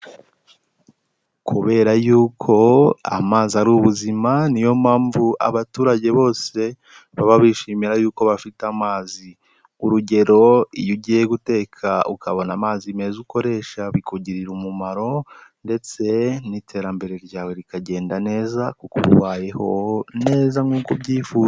Kubera yuko amazi ari ubuzima niyo mpamvu abaturage bose baba bishimira yuko bafite amazi, urugero iyo ugiye guteka ukabona amazi meza ukoresha bikugirira umumaro ndetse n'iterambere ryawe rikagenda neza kuko uba ubayeho neza nk'uko ubyifuza.